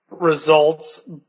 results